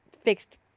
fixed